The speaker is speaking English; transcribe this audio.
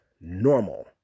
normal